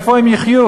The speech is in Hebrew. מאיפה הם יחיו?